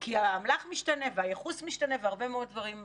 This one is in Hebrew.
כי האמל"ח משתנה והייחוס משתנה והרבה מאוד דברים משתנים,